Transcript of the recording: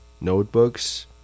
Notebooks